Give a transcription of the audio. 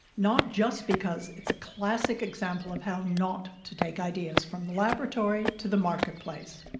not just because it's a classic example of how not to take ideas from the laboratory to the marketplace,